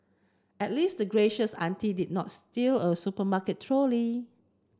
at least the gracious auntie did not steal a supermarket trolley